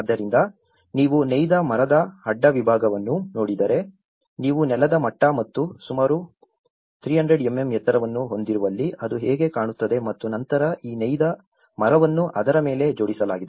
ಆದ್ದರಿಂದ ನೀವು ನೇಯ್ದ ಮರದ ಅಡ್ಡ ವಿಭಾಗವನ್ನು ನೋಡಿದರೆ ನೀವು ನೆಲದ ಮಟ್ಟ ಮತ್ತು ಸುಮಾರು 300 mm ಎತ್ತರವನ್ನು ಹೊಂದಿರುವಲ್ಲಿ ಅದು ಹೇಗೆ ಕಾಣುತ್ತದೆ ಮತ್ತು ನಂತರ ಈ ನೇಯ್ದ ಮರವನ್ನು ಅದರ ಮೇಲೆ ಜೋಡಿಸಲಾಗಿದೆ